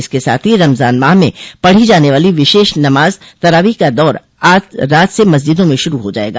इसके साथ ही रमजान माह में पढ़ी जाने वाले विशेष नमाज तरावीह का दौर आज रात से मस्जिदों में शुरू हो जायेगा